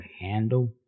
handle